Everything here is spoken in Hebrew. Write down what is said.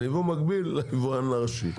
זה יבוא מקביל ליבואן הראשי.